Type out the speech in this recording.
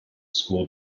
school